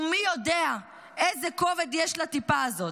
ומי יודע איזה כובד לטיפה הזאת.